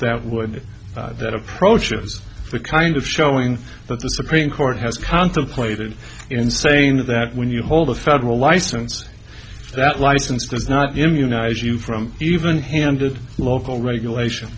that would that approaches the kind of showing that the supreme court has contemplated in saying that when you hold a federal license that license does not immunize you from even handed local regulation